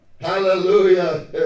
Hallelujah